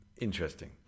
interesting